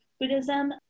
Buddhism